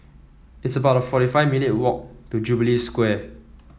It's about forty five minutes' walk to Jubilee Square